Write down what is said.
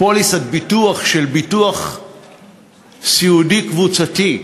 פוליסת ביטוח של ביטוח סיעודי קבוצתי.